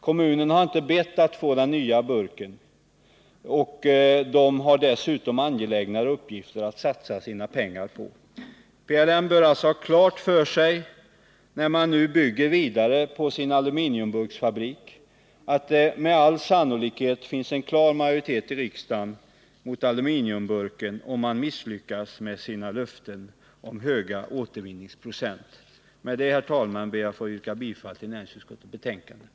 Kommunerna har inte bett att få den nya burken, och de har dessutom angelägnare uppgifter att satsa sina pengar PLM bör alltså ha klart för sig, när man nu bygger vidare på sin Nr 140 aluminiumburksfabrik, att det med all sannolikhet finns en klar majoritet i Torsdagen den riksdagen mot aluminiumburken om man misslyckas med sina löften om en —g maj 1980 hög återvinningsprocent. Med detta, herr talman, ber jag att få yrka bifall till utskottets